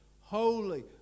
Holy